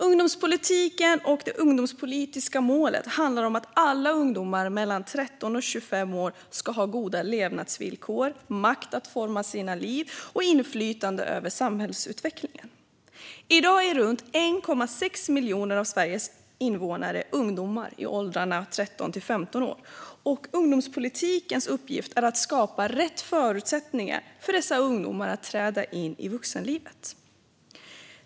Ungdomspolitiken och det ungdomspolitiska målet handlar om att alla ungdomar mellan 13 och 25 år ska ha goda levnadsvillkor, makt att forma sina liv och inflytande över samhällsutvecklingen. I dag är runt 1,6 miljoner av Sveriges invånare ungdomar i åldern 13-25 år. Ungdomspolitikens uppgift är att skapa rätt förutsättningar för dessa ungdomar att träda in i vuxenlivet.